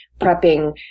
prepping